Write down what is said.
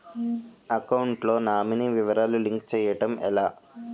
Account లో nominee వివరాలు link చేయటం ఎలా?